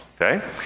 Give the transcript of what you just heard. okay